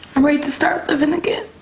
i'm ready to start living again.